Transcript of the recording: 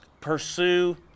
Pursue